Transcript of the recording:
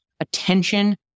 attention